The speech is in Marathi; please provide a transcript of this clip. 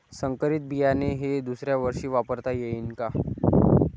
संकरीत बियाणे हे दुसऱ्यावर्षी वापरता येईन का?